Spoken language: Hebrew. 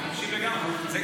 אני מקשיב לגמרי.